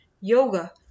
Yoga